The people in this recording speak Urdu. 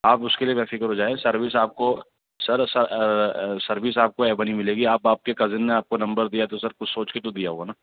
آپ اس کے لیے بے فکر ہو جائیں سروس آپ کو سر سروس آپ کو اے ون ہی ملے گی آپ آپ کے کزن نے آپ کو نمبر دیا تو سر کچھ سوچ کے تو دیا ہوگا نا